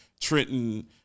Trenton